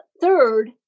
Third